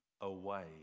away